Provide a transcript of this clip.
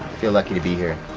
feel lucky to be here,